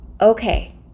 Okay